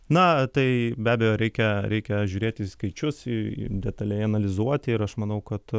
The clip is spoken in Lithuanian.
na tai be abejo reikia reikia žiūrėti į skaičius detaliai analizuoti ir aš manau kad